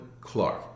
Clark